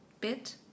bit